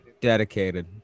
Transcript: Dedicated